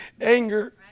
anger